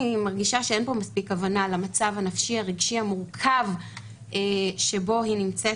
אני מרגישה שאין פה מספיק הבנה למצב הנפשי הרגשי המורכב שבו היא נמצאת,